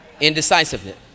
Indecisiveness